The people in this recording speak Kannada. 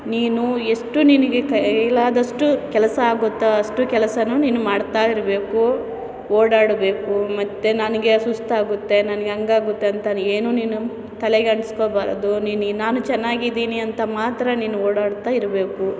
ನೀನು ಎಷ್ಟು ನಿನಗೆ ಕೈಲಾದಷ್ಟು ಕೆಲಸ ಆಗುತ್ತೋ ಅಷ್ಟು ಕೆಲಸವೂ ನೀನು ಮಾಡ್ತಾಯಿರ್ಬೇಕು ಓಡಾಡಬೇಕು ಮತ್ತೆ ನನಗೆ ಸುಸ್ತಾಗುತ್ತೆ ನನ್ಗೆ ಹಾಗಾಗುತ್ತಂತ ಏನೂ ನೀನು ತಲೆಗೆ ಅಂಟ್ಸ್ಕೊಳ್ಬಾರದು ನೀನು ನಾನು ಚೆನ್ನಾಗಿದ್ದೀನಿ ಅಂತ ಮಾತ್ರ ನೀನು ಓಡಾಡ್ತಾಯಿರ್ಬೇಕು